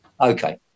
Okay